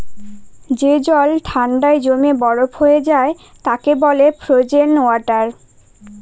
যে জল ঠান্ডায় জমে বরফ হয়ে যায় তাকে বলে ফ্রোজেন ওয়াটার